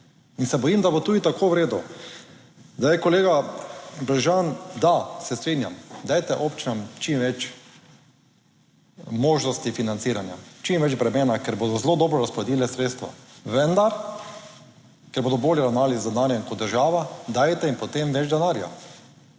In se bojim, da bo tudi tako v redu. Zdaj kolega Brežan da, se strinjam, dajte občinam čim več možnosti financiranja, čim več bremena, ker bodo zelo dobro razporedili sredstva, vendar, ker bodo bolje ravnali z denarjem kot država, dajte jim potem več denarja.